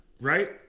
right